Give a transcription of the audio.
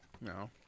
No